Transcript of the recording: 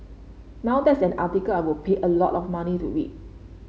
now that's an article I would pay a lot of money to read